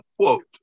quote